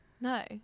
No